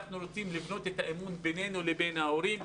אנחנו רוצים לבנות את האמון בינינו לבין ההורים,